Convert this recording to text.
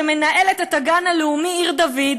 שמנהלת את הגן הלאומי עיר-דוד,